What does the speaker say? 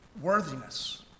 worthiness